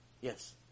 Yes